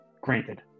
Granted